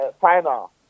final